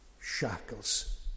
shackles